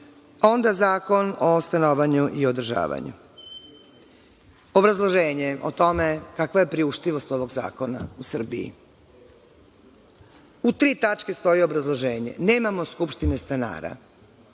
Zakon o stanovanju i održavanju. Obrazloženje o tome kakva je priuštivost ovog zakona u Srbiji. U tri tačke stoji obrazloženje. Nemamo skupštine stanara.